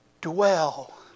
dwell